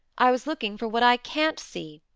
i was looking for what i can't see,